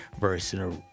versus